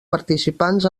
participants